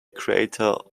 creator